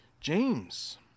James